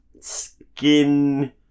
skin